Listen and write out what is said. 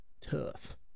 tough